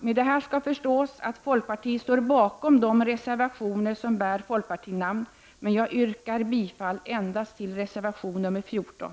Med detta skall förstås att folkpartiet står bakom de reservationer som bär fp-namn, men jag yrkar bifall endast till reservation 14.